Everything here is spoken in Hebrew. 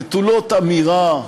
נטולות אמירה,